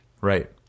Right